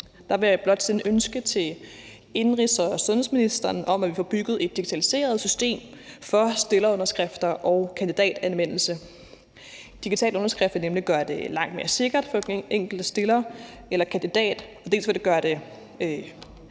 vil jeg blot sende et ønske til indenrigs- og sundhedsministeren om, at vi får bygget et digitaliseret system for stillerunderskrifter og kandidatanmeldelse. Digital underskrift vil nemlig gøre det langt mere sikkert for den enkelte stiller eller kandidat. Det vil gøre